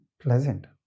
pleasant